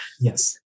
Yes